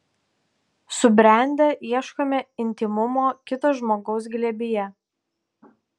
subrendę ieškome intymumo kito žmogaus glėbyje